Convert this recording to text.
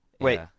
Wait